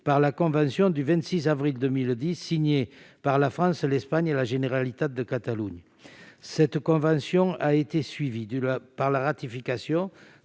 par la convention du 26 avril 2010, signée par la France, l'Espagne et la Généralité de Catalogne. Cette convention a été suivie par la ratification